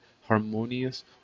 harmonious